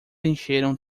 encheram